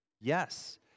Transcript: Yes